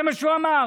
זה מה שהוא אמר.